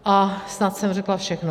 A snad jsem řekla všechno.